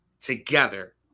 together